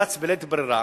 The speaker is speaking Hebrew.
נאלץ בלית ברירה